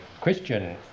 Christian